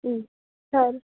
ఆ సరే